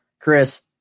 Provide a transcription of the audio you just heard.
Chris